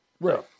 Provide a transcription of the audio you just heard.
Right